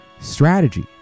Strategy